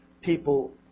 people